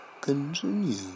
continue